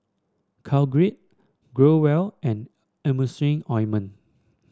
Caltrate Growell and Emulsying Ointment